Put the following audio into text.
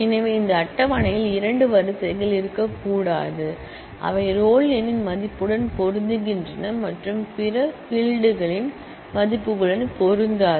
எனவே இந்த டேபிளில் இரண்டு ரோகள் இருக்கக்கூடாது அவை ரோல் எண்ணின் மதிப்புடன் பொருந்துகின்றன மற்றும் பிற ஃபீல்ட் மதிப்புகளுடன் பொருந்தாது